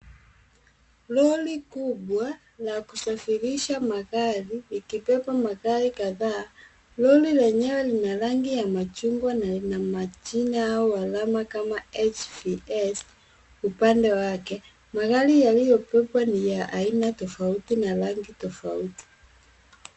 Lori kubwa la kusafirisha magari likibeba magari kadhaa. Lori lenyewe lina rangi ya machungwa na lina majina au alama kama HVS upande wake. Magari yaliyobebwa ni ya aina tofauti na rangi tofauti.